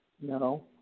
No